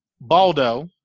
Baldo